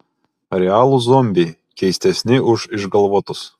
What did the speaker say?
realūs zombiai keistesni už išgalvotus